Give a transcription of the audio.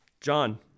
John